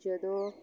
ਜਦੋਂ